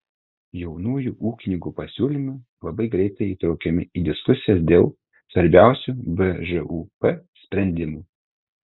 jaunųjų ūkininkų pasiūlymai labai greitai įtraukiami į diskusijas dėl svarbiausių bžūp sprendimų